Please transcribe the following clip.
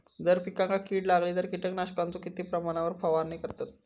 जर पिकांका कीड लागली तर कीटकनाशकाचो किती प्रमाणावर फवारणी करतत?